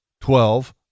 twelve